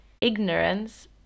Ignorance